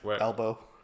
Elbow